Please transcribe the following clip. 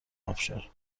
آبشار